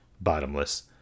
bottomless